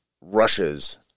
rushes